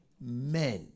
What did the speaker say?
men